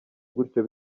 gutyo